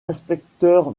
inspecteur